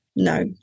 No